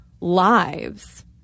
lives